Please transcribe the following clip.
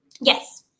Yes